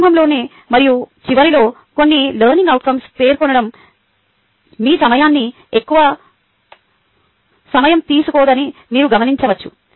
ప్రారంభంలో మరియు చివరిలో కొన్ని లెర్నింగ్ అవుట్కంస్ పేర్కొనడం మీ సమయాన్ని ఎక్కువ సమయం తీసుకోదని మీరు గమనించవచ్చు